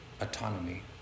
autonomy